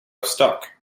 stuck